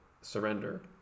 surrender